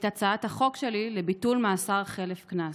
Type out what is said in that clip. את הצעת החוק שלי לביטול מאסר חלף קנס.